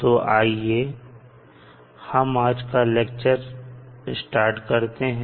तो आइए हम आज का लेक्चर स्टार्ट करते हैं